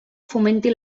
fomentin